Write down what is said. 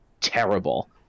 terrible